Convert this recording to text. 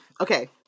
Okay